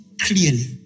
clearly